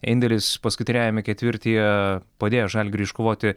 indėlis paskutiniajame ketvirtyje padėjo žalgiriui iškovoti